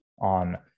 on